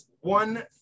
one